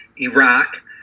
Iraq